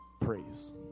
Praise